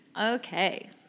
Okay